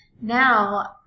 Now